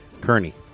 Kearney